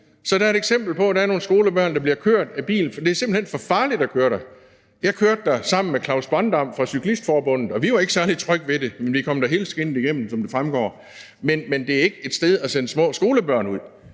Så det er et eksempel på, at der er nogle skolebørn, der bliver kørt i bil, fordi det simpelt hen er for farligt at køre der på cykel. Jeg kørte der sammen med Klaus Bondam fra Cyklistforbundet, og vi var ikke særlig trygge ved det, men vi kom da helskindet frem, som det fremgår. Men det er ikke et sted at sende små skolebørn ud